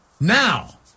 Now